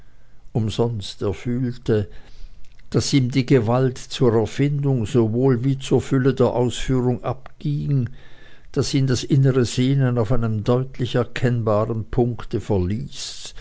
umsonst er fühlte daß ihm die gewalt zur erfindung sowohl wie zur fülle der ausführung abging daß ihn das innere sehen auf einem deutlich erkennbaren punkte verließ